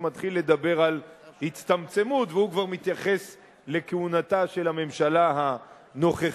שמתחיל לדבר על הצטמצמות והוא כבר מתייחס לכהונתה של הממשלה הנוכחית,